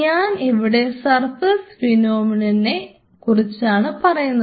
ഞാൻ ഇവിടെ surface phenomenon നെ കുറിച്ചാണ് പറയുന്നത്